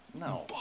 No